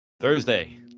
Thursday